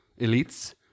elites